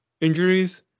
injuries